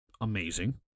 Amazing